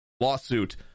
lawsuit